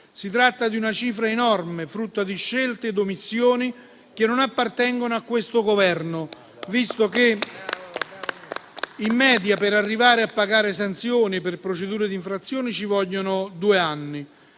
Si tratta di una cifra enorme, frutto di scelte e omissioni che non appartengono a questo Governo, visto che in media, per arrivare a pagare sanzioni per procedure di infrazione, ci vogliono due anni.